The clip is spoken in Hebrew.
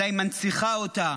אלא היא מנציחה אותה.